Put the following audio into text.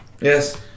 Yes